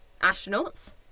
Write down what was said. astronauts